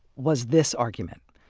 was this argument.